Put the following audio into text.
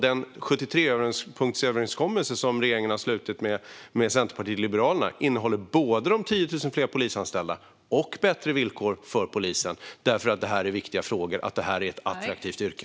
Den 73-punktsöverenskommelse som regeringen har ingått med Centerpartiet och Liberalerna innehåller både 10 000 fler polisanställda och bättre villkor för polisen. Detta är nämligen viktiga frågor, och det måste vara ett attraktivt yrke.